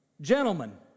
Gentlemen